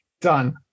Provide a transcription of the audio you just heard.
done